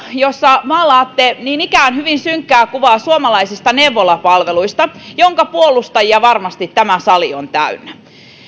jossa maalaatte niin ikään hyvin synkkää kuvaa suomalaisista neuvolapalveluista joiden puolustajia varmasti tämä sali on täynnä